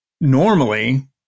Normally